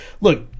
look